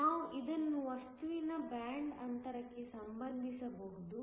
ನಾವು ಇದನ್ನು ವಸ್ತುವಿನ ಬ್ಯಾಂಡ್ ಅಂತರಕ್ಕೆ ಸಂಬಂಧಿಸಬಹುದು